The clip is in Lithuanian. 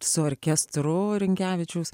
su orkestro rinkevičiaus